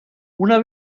una